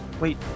Wait